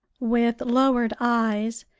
with lowered eyes,